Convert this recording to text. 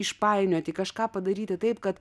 išpainioti kažką padaryti taip kad